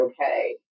okay